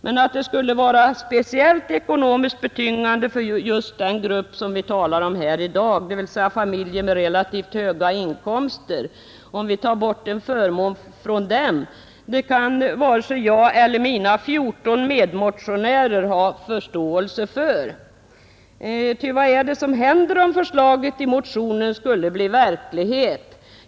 Men att det skulle vara speciellt ekonomiskt betungande för just den grupp som vi talar om här i dag, dvs. familjer med relativt höga inkomster, om vi tar bort en förmån för dem, kan varken jag eller mina 14 medmotionärer ha förståelse för. Ty vad är det som händer, om förslaget i motionen skulle bli verklighet?